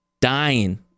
dying